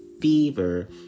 fever